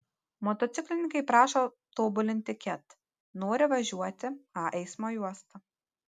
motociklininkai prašo tobulinti ket nori važiuoti a eismo juosta